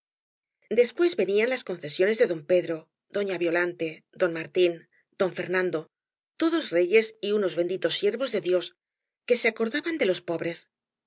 después venían las concesionea de don pedro doña violante don martín don fernando todos reyes y unos benditos siervos de dios que se acordaban de los pobres